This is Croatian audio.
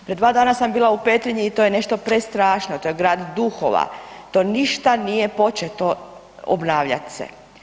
Pre dva dana sam bila u Petrinji i to je nešto prestrašno, to je grad duhova, to ništa nije početo obnavljat se.